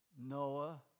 Noah